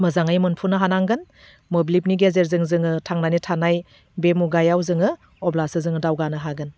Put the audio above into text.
मोजाङै मोनफुंनो हानांगोन मोब्लिबनि गेजेरजों जोङो थांनानै थानाय बे मुगायाव जोङो अब्लासो जोङो दावगानो हागोन